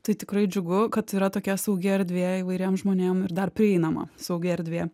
tai tikrai džiugu kad yra tokia saugi erdvė įvairiem žmonėm ir dar prieinama saugi erdvė